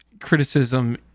criticism